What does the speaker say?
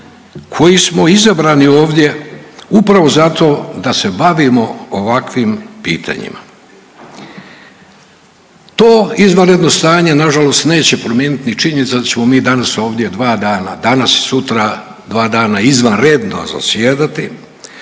koji smo izabrani ovdje upravo zato da se bavimo ovakvim pitanjima. To izvanredno stanje nažalost neće promijenit ni činjenica da ćemo mi danas ovdje dva dana danas i sutra dva dana izvanredno zasjedati,